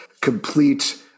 complete